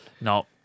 No